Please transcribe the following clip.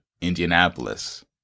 Indianapolis